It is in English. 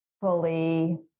fully